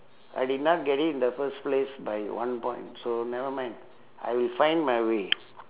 I did not get it in the first place by one point so never mind I will find my way